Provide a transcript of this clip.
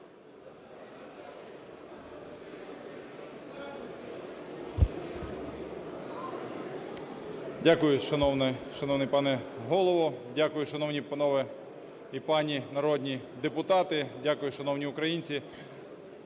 Дякую, шановний пане Голово. Дякую, шановні панове і пані народні депутати. Дякую, шановні українці.